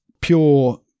pure